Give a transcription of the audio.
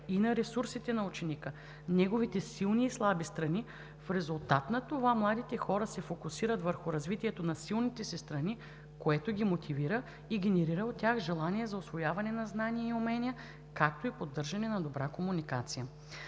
и на ресурсите на ученика, неговите силни и слаби страни. В резултат на това младите хора се фокусират върху развитието на силните си страни, което ги мотивира и генерира у тях желание за усвояване на знания и умения, както и поддържане на добра комуникация.